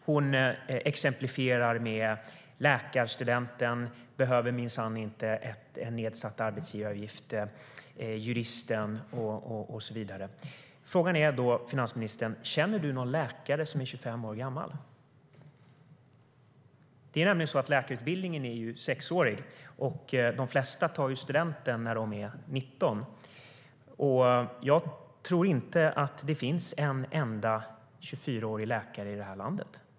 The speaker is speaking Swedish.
Hon exemplifierar med läkarstudenten, som minsann inte behöver en nedsatt arbetsgivaravgift, juristen och så vidare. Frågan är då, finansministern: Känner du någon läkare som är 25 år gammal? Läkarutbildningen är nämligen sexårig, och de flesta tar studenten när de är 19. Jag tror inte att det finns en enda 24-årig läkare i det här landet.